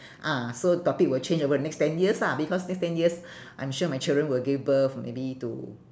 ah so topic will change over the next ten years lah because next ten years I'm sure my children will give birth maybe to